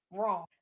wrong